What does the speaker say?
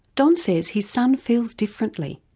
don says his son feels differently.